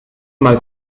mal